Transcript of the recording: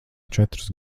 četrus